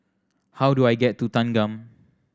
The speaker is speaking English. how do I get to Thanggam